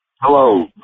Hello